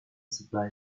supply